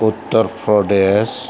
Uttar Pradesh